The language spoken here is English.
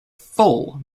full